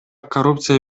коррупция